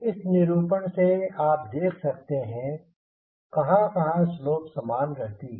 इस निरूपण से आप देख सकते हैं कहाँ कहाँ स्लोप समान रहती है